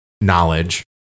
knowledge